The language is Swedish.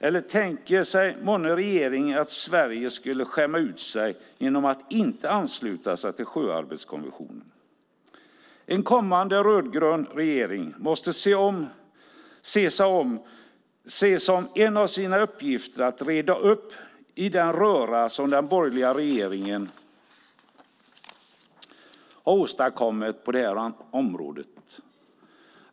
Eller tänker sig månne regeringen att Sverige skulle skämma ut sig genom att inte ansluta sig till sjöarbetskonventionen? En kommande rödgrön regering måste se som en av sina uppgifter att reda upp i den röra som den borgerliga regeringen har åstadkommit på detta område.